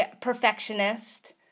perfectionist